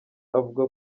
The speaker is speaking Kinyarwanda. avuga